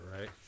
right